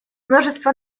множество